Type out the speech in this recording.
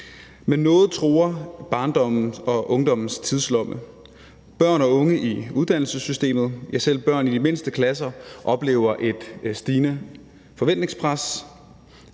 Men noget truer barndommens og ungdommens tidslomme. Børn og unge i uddannelsessystemet, ja, selv børn i de mindste klasser oplever et stigende forventningspres,